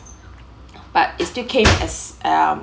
but it's still case as um